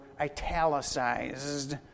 italicized